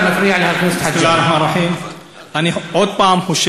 אתה מפריע לחבר הכנסת חאג' יחיא עבד